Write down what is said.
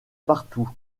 partout